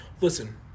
Listen